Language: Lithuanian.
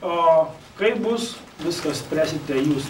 o kaip bus viską spręsite jūs